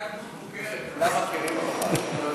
אתה דמות מוכרת, כולם מכירים אותך.